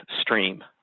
stream